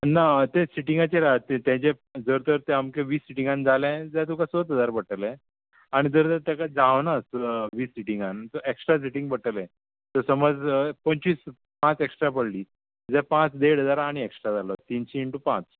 ना तें सिटींगाचेर आहा तेजे जर तर तें अमकें वीस सिटींगान जालें जाल्यार तुका सच हजार पडटले आनी जर तेका जावना वीस सिटींगान सो एक्स्ट्रा सिटींग पडटलें समज पंचवीस पांच एक्स्ट्रा पडलीं जाल्यार पांच देड हजार आनी एक्स्ट्रा जालो तीनशी इंटू पांच